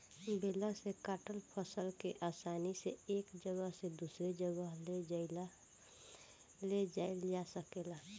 baler से काटल फसल के आसानी से एक जगह से दूसरे जगह ले जाइल जा सकेला